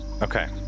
Okay